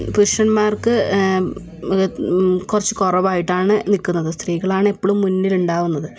പുരുഷന്മാർക്ക് കുറച്ച് കുറവായിട്ടാണ് നിൽക്കുന്നത് സ്ത്രീകളാണ് എപ്പോഴും മുന്നിലുണ്ടാവുന്നത്